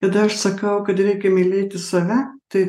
kada aš sakau kad reikia mylėti save tai